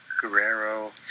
Guerrero